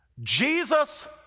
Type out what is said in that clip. Jesus